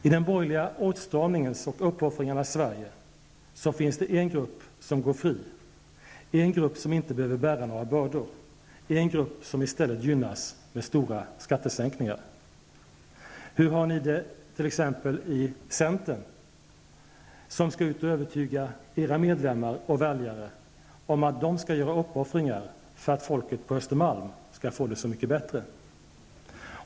I den borgerliga åtstramningens och uppoffringarnas Sverige finns det en grupp som går fri, en grupp som inte behöver bära några bördor, en grupp som i stället gynnas med stora skattesänkningar. Hur har ni det t.ex. i centern, som skall ut och övertyga era medlemmar och väljare om att de skall göra uppoffringar för att folket på Östermalm skall få det så mycket bättre?